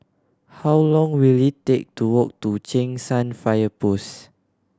how long will it take to walk to Cheng San Fire Post